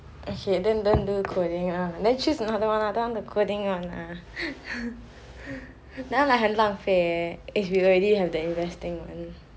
okay then then don't do coding one lah then choose another one lah don't want the coding one lah that one like 很浪费 leh if you already have the investing one